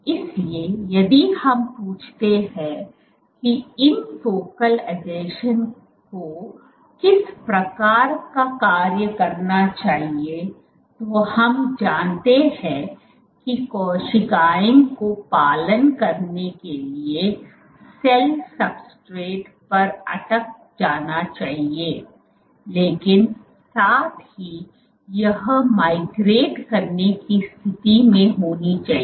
इसलिए यदि हम पूछते हैं कि इन फोकल अधीक्षण को किस प्रकार का कार्य करना चाहिए तो हम जानते हैं कि कोशिकाओं के पालन के लिए सेल सब्सट्रेट पर अटक जाना चाहिए लेकिन साथ ही यह माइग्रेट करने की स्थिति में होना चाहिए